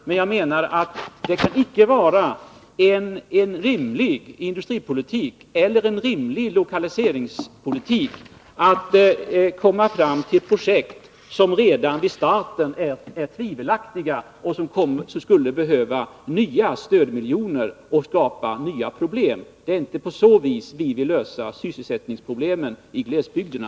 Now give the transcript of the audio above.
Men jag menar att det inte kan vara en rimlig industripolitik eller rimlig lokaliseringspolitik att komma fram till ett projekt som redan vid starten är tvivelaktigt och som skulle behöva nya stödmiljoner och som skulle skapa nya problem. Det är inte så vi vill lösa sysselsättningsproblemen i glesbygderna.